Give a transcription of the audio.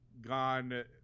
gone